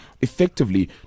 effectively